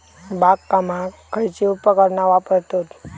बागकामाक खयची उपकरणा वापरतत?